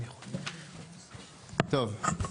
טוב,